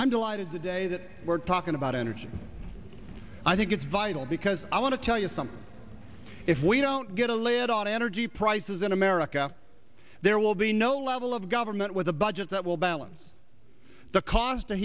delighted the day that we're talking about energy i think it's vital because i want to tell you something if we don't get a lid on energy prices in america there will be no level of government with a budget that will balance the cost t